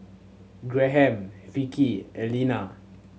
Graham Vickey Elena